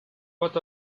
what